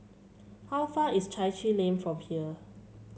how far is Chai Chee Lane from here